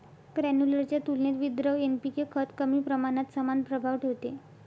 granular च्या तुलनेत विद्रव्य एन.पी.के खत कमी प्रमाणात समान प्रभाव ठेवते